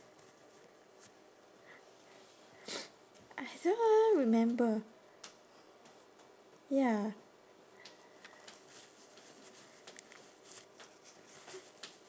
I don't remember ya